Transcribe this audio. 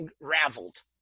unraveled